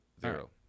Zero